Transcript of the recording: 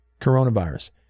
coronavirus